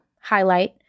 highlight